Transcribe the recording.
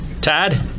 Tad